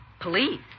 police